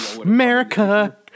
America